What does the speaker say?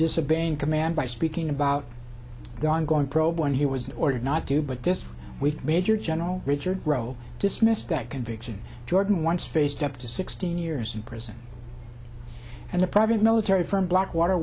disobeying command by speaking about the ongoing probe one he was ordered not to but this week major general richard rowe dismissed that conviction jordan once faced up to sixteen years in prison and the private military firm blackwater